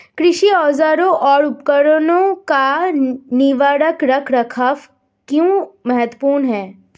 कृषि औजारों और उपकरणों का निवारक रख रखाव क्यों महत्वपूर्ण है?